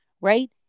right